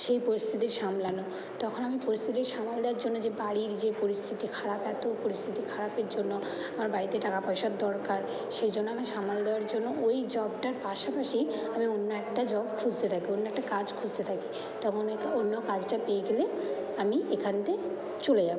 সেই পরিস্থিতি সামলানো তখন আমি পরিস্থিতি সামাল দেওয়ার জন্য যে বাড়ির যে পরিস্থিতি খারাপ এতো পরিস্থিতি খারাপের জন্য আমার বাড়িতে টাকা পয়সার দরকার সেই জন্য আমি সামাল দেওয়ার জন্য ওই জবটার পাশাপাশি আমি অন্য একটা জব খুঁজতে থাকি অন্য একটা কাজ খুঁজতে থাকি তখন ওই অন্য কাজটা পেয়ে গেলে আমি এখান দিয়ে চলে যাবো